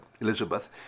Elizabeth